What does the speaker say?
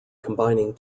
combining